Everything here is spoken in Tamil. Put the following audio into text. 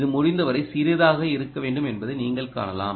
இது முடிந்தவரை சிறியதாக இருக்க வேண்டும் என்பதை நீங்கள் காணலாம்